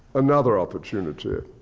another opportunity.